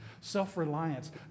self-reliance